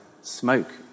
smoke